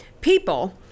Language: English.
people